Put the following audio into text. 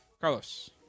Carlos